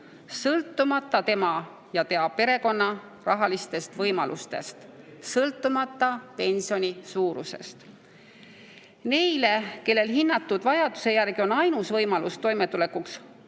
sõltumata tema ja tema perekonna rahalistest võimalustest, sõltumata pensioni suurusest. Neile, kellel hinnatud vajaduse järgi on ainus võimalus toimetulekuks